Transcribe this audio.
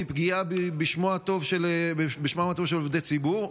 והיא פגיעה בשמם הטוב של עובדי ציבור?